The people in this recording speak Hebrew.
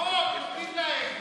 בחוק נותנים להם.